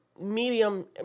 medium